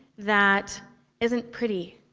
that isn't pretty.